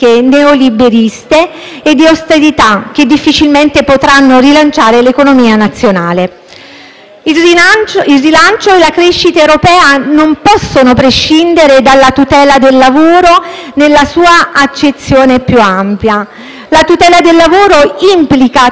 Il rilancio e la crescita europea non possono prescindere dalla tutela del lavoro nella sua accezione più ampia. La tutela del lavoro implica tanti fattori interconnessi, che vanno dalla domanda all'offerta, alla produzione industriale,